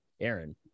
Aaron